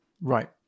Right